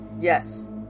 Yes